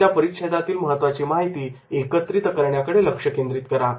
त्या परिच्छेदातील महत्त्वाची माहिती एकत्रित करण्याकडे लक्ष केंद्रित करा